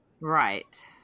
Right